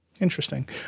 Interesting